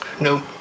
No